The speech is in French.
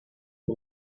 une